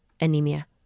anemia